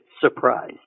surprise